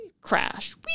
crash